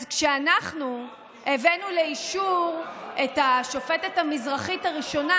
אז כשאנחנו הבאנו לאישור את השופטת המזרחית הראשונה,